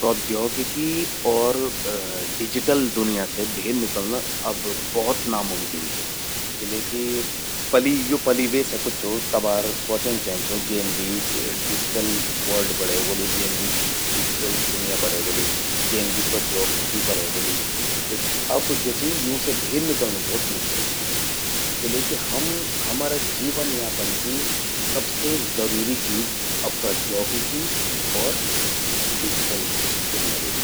प्रौद्योगिकि अर डिजिटल दुनिया से भेर निकल्लं अब भौत नामुमकिन चि। किले कि पलि यो पलि व्हे सकद छो। तबार स्वोचण चेंद छो, जेन भी डिजिटल वर्ल्ड बणे व्होलु। जेन भि डिजिटल दुनिया बणै व्होलि। जेन भी प्रौद्योगिकी बणे व्होलि। त अब ज्वो चि यूं से भेर निकल्लं भौत मुश्किल चि। किलेकि हम हमरा जीवन यापन की सबसे जरूरी चीज अब प्रौद्योगिकी और डिजिटल दुनिया व्हेगि।